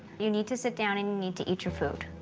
you need to sit down and you need to eat your food.